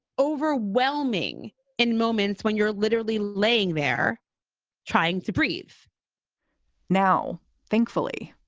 overwhelming in moments when you're literally laying there trying to breathe now, thankfully,